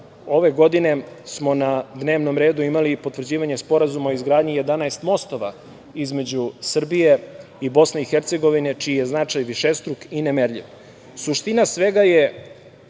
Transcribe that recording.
ove godine smo na dnevnom redu imali i potvrđivanje Sporazuma o izgradnji 11 mostova između Srbije i BiH, čiji je značaj višestruk i nemerljiv. Suština